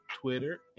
Twitter